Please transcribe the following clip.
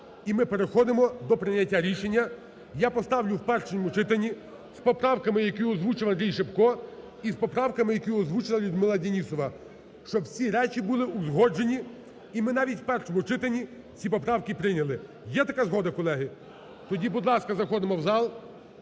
і ми приходимо до прийняття рішення. Я поставлю в першому читанні з поправками, які озвучував Андрій Шипко, і з поправками, які озвучувала Людмила Денісова, щоб всі речі були узгоджені, і ми навіть у першому читанні ці поправки прийняли. Є така згода, колеги? (Шум у залі) Тоді, будь ласка, заходимо в зал,